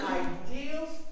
ideals